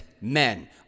men